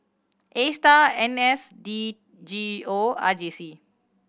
Astar N S D G O R J C